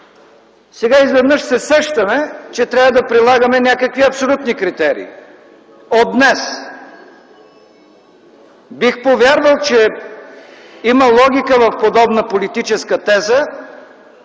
сега изведнъж се сещаме, че трябва да прилагаме някакви абсолютни критерии от днес? Бих повярвал, че има логика в подобна политическа теза,